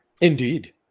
indeed